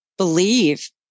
Believe